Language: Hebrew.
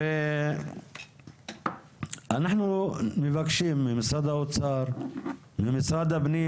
אנחנו מבקשים ממשרד האוצר ומשרד הפנים,